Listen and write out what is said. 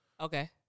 Okay